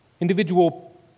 individual